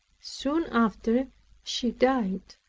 soon after she died.